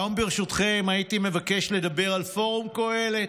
היום, ברשותכם, הייתי מבקש לדבר על פורום קהלת,